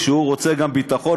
כשהוא רוצה גם ביטחון,